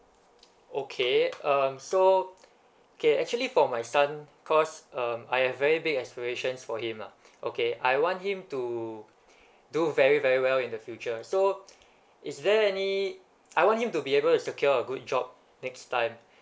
okay um so okay actually for my son cause um I have very big aspirations for him lah okay I want him to do very very well in the future so is there any I want him to be able to secure a good job next time